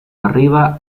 arriba